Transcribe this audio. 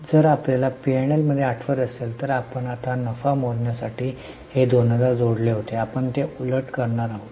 जर आपल्याला पी आणि एल मध्ये आठवत असेल तर आपण आता नफा मोजण्यासाठी हे 2000 जोडले होते आपण ते उलट करणार आहोत